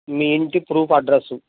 మీ ఇంటి proof address